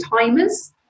timers